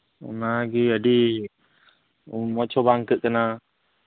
ᱚᱱᱟᱜᱮ ᱟᱹᱰᱤ ᱢᱚᱡᱽ ᱦᱚᱸ ᱵᱟᱝ ᱟᱹᱭᱠᱟᱹᱜ ᱠᱟᱱᱟ